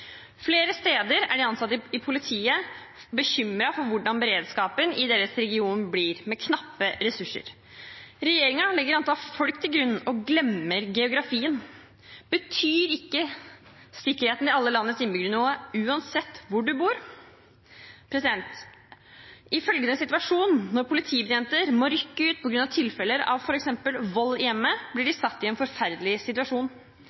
Flere steder er de ansatte i politiet bekymret for hvordan beredskapen i deres region blir med knappe ressurser. Regjeringen legger antall folk til grunn og glemmer geografien. Betyr ikke sikkerheten til alle landets innbyggere noe uansett hvor man bor? Når politibetjenter må rykke ut på grunn av tilfeller av f.eks. vold i hjemmet, blir de satt i en forferdelig situasjon.